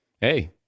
hey